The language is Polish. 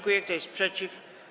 Kto jest przeciw?